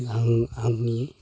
आं आंनि